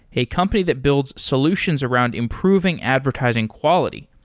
a company that builds solutions around improving advertising quality.